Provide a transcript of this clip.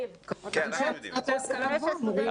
וכמובן שהמוסדות להשכלה גבוהה אמורים לקבל בין